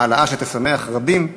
העלאה שתשמח רבים,